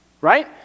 Right